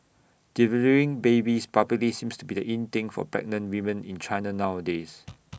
delivering babies publicly seems to be the in thing for pregnant women in China nowadays